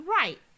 right